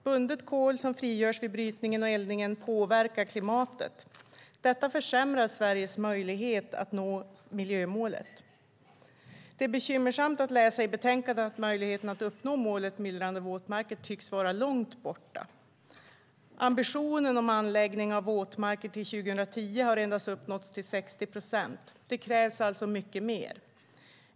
Bundet kol som frigörs vid brytningen och eldningen påverkar klimatet. Detta försämrar Sveriges möjlighet att nå miljömålen. Det är bekymmersamt att möjligheten att uppnå målet Myllrande våtmarker tycks vara långt borta, som det står att läsa i betänkandet. Ambitionen om anläggning av våtmarker till 2010 har endast uppnåtts till 60 procent. Det krävs alltså mycket mer.